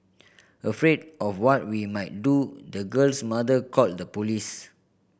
afraid of what we might do the girl's mother called the police